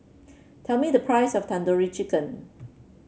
tell me the price of Tandoori Chicken